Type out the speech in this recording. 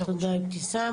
תודה, אבתיסאם.